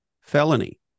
felony